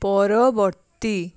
ପରବର୍ତ୍ତୀ